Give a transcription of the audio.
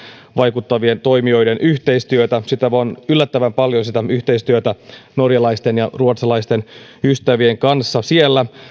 vaikuttavien toimijoiden yhteistyötä sitä yhteistyötä on yllättävän paljon norjalaisten ja ruotsalaisten ystävien kanssa siellä